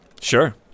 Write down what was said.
Sure